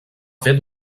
fer